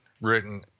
written